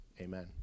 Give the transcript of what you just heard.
amen